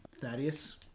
Thaddeus